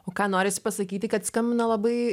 o ką norisi pasakyti kad skambina labai